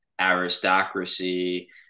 aristocracy